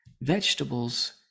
vegetables